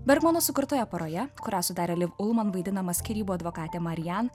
bet mano sukurtoje poroje kurią sudarė ulman vaidinamas skyrybų advokatė marian